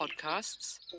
podcasts